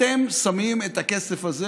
אתם שמים את הכסף הזה